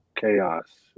Chaos